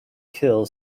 kill